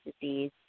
disease